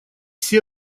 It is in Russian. все